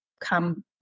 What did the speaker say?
come